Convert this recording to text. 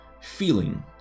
feeling